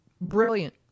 Brilliant